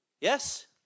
Yes